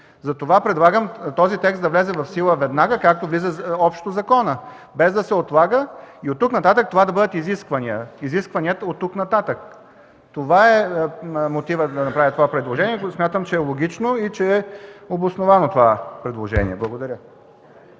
Затова предлагам този текст да влезе в сила веднага, както влиза общо законът, без да се отлага и оттук нататък това да бъдат изисквания, изискванията оттук нататък! Това е мотивът да направя това предложение и смятам, че то е логично и че е обосновано това предложение. Благодаря.